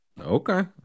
Okay